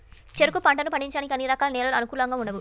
చెరుకు పంటను పండించడానికి అన్ని రకాల నేలలు అనుకూలంగా ఉండవు